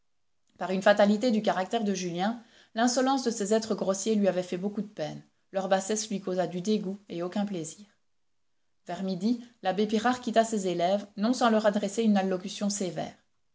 par une fatalité du caractère de julien l'insolence de ces êtres grossiers lui avait fait beaucoup de peine leur bassesse lui causa du dégoût et aucun plaisir vers midi l'abbé pirard quitta ses élèves non sans leur adresser une allocution sévère